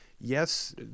yes